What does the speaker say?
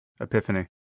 epiphany